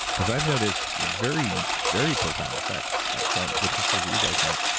because i've noticed you know very, very profound effects from the tinctures that you guys make.